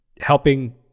helping